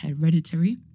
hereditary